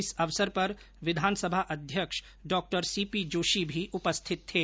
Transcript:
इस अवसर पर विधानसभा अध्यक्ष डॉ सीपी जोशी मी उपस्थित थे